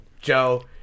Joe